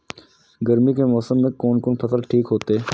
गर्मी के मौसम में कोन कोन फसल ठीक होते?